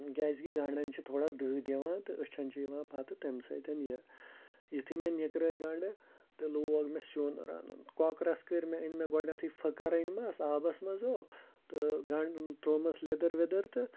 کیازِ کہِ گَنڑڈن چھِ تھوڑا دٔہ دِوان تہٕ أچھَن چھِ یِوان پَتہٕ تَمہِ سۭتۍ یہِ یُتھُے مےٚ نِکرٲے گَنڈٕ تہٕ لوگ مےٚ سیُن رَنُن کۄکرَس کٔر مے أنۍ مےٚ گۄڈنٮ۪تھٕے فٕکَر أنۍ مَس آبَس مَنزو تہٕ گَنڈٕ تروومَس لیدٕر ویدٕر تہٕ